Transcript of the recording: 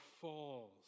falls